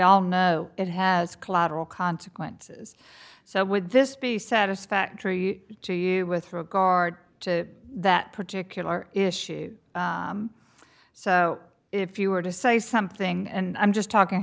all know it has collateral consequences so would this be satisfactory to you with regard to that particular issue so if you were to say something and i'm just talking